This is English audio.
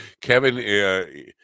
Kevin